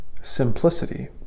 simplicity